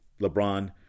LeBron